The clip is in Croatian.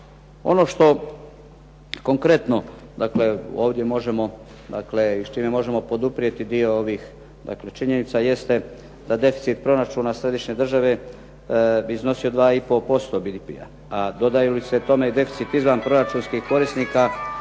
Ono što konkretno, dakle ovdje možemo dakle i s čime možemo poduprijeti dio ovih, dakle činjenica jeste da deficit proračuna središnje države bi iznosio 2 i pol posto BDP-a, a dodaju li se tome i deficiti izvanproračunskih korisnika